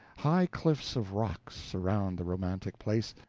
high cliffs of rocks surround the romantic place,